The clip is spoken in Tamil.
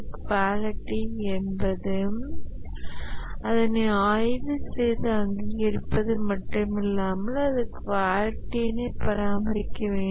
குவாலிட்டி என்பது அதனை ஆய்வு செய்து அங்கீகரிப்பது மட்டிமில்லாமல் அது குவாலிட்டியினை பராமரிக்க வேண்டும்